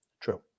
True